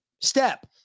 step